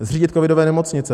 Zřídit covidové nemocnice.